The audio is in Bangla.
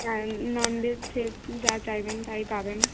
হ্যাঁ নন ভেজ ভেজ যা চাইবেন তাই পাবেন